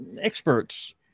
experts